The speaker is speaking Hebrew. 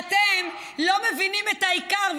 אבל אתם לא מבינים את העיקר,